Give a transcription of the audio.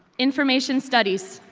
information studies.